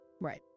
Right